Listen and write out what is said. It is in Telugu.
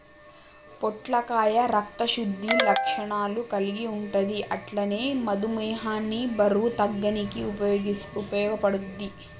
పొట్లకాయ రక్త శుద్ధి లక్షణాలు కల్గి ఉంటది అట్లనే మధుమేహాన్ని బరువు తగ్గనీకి ఉపయోగపడుద్ధి